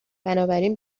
بنابراین